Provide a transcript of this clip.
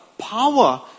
power